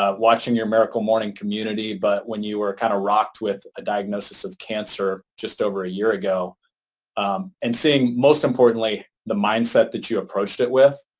ah watching your miracle morning community but when you were kind of rocked with a diagnosis of cancer just over a year ago and seeing most importantly the mindset that you approached it with,